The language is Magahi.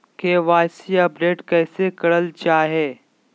के.वाई.सी अपडेट कैसे करल जाहै?